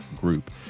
Group